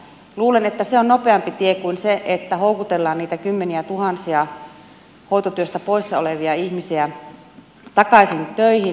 luulen että se on nopeampi tie kuin se että houkutellaan niitä kymmeniätuhansia hoitotyöstä poissa olevia ihmisiä takaisin töihin